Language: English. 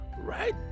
right